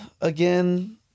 again